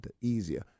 easier